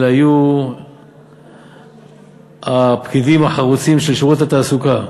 אלא יהיו הפקידים החרוצים של שירות התעסוקה.